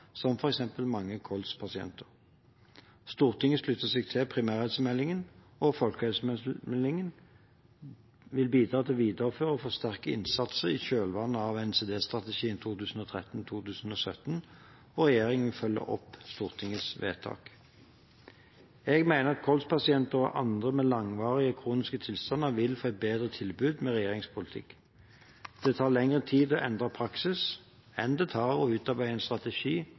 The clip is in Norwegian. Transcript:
som f.eks. gjelder mange kols-pasienter. Stortinget slutter seg til primærhelsemeldingen, folkehelsemeldingen vil bidra til å videreføre og forsterke innsatsen i kjølvannet av NCD-strategien 2013–2017, og regjeringen vil følge opp Stortingets vedtak. Jeg mener at kols-pasienter og andre med langvarige, kroniske tilstander vil få et bedre tilbud med regjeringens politikk. Det tar lengre tid å endre praksis enn det tar å utarbeide en strategi